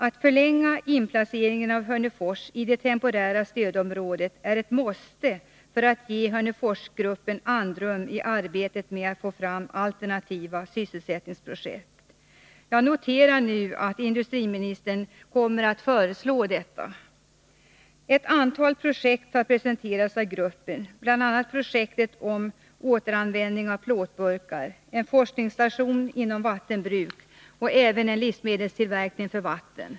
Att förlänga inplaceringen av Hörnefors i det temporära stödområdet är ett ”måste” för att ge Hörneforsgruppen andrum i arbetet med att få fram alternativa sysselsättningsprojekt. Jag noterar att industriministern kommer att föreslå detta. Ett antal projekt har presenterats av gruppen, bl.a. projektet för återanvändning av plåtburkar, en forskningsstation inom vattenbruk och även en livsmedelstillverkning.